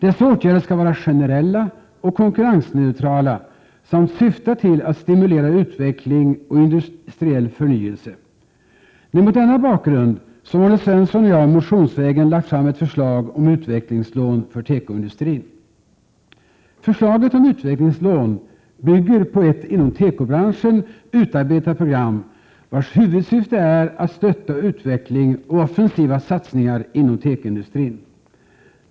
Dessa åtgärder skall vara generella och konkurrensneutrala samt syfta till att stimulera utvecklingen och industriell förnyelse. Det är mot denna bakgrund som Arne Svensson och jag motionsvägen lagt fram ett förslag om utvecklingslån för tekoindustrin. Förslaget om utvecklingslån bygger på ett inom tekobranschen utarbetat program, vars huvudsyfte är att stötta utveckling och offensiva satsningar inom tekoindustrin.